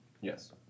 Yes